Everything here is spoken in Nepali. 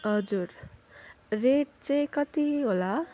हजुर रेट चाहिँ कति होला